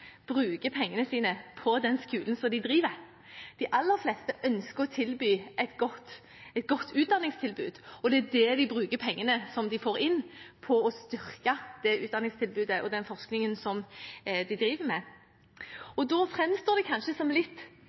bruker pengene sine på den skolen de driver. De aller fleste ønsker å gi et godt utdanningstilbud, og de bruker pengene de får inn, på å styrke det utdanningstilbudet og den forskningen de driver med. Da framstår det kanskje som litt